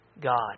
God